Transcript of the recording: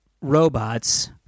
robots